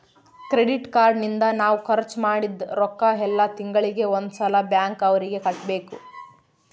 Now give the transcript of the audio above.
credit card ನಿಂದ ನಾವ್ ಖರ್ಚ ಮದಿದ್ದ್ ರೊಕ್ಕ ಯೆಲ್ಲ ತಿಂಗಳಿಗೆ ಒಂದ್ ಸಲ ಬ್ಯಾಂಕ್ ಅವರಿಗೆ ಕಟ್ಬೆಕು